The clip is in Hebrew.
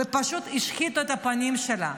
ופשוט השחיתו את הפנים שלה.